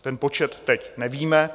Ten počet teď nevíme.